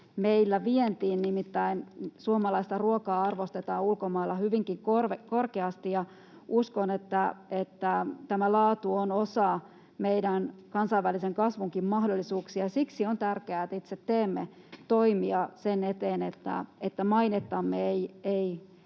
myöskin vientiin, nimittäin suomalaista ruokaa arvostetaan ulkomailla hyvinkin korkeasti, ja uskon, että laatu on osa meidän kansainvälisen kasvunkin mahdollisuuksia. Siksi on tärkeää, että itse teemme toimia sen eteen, että mainettamme ei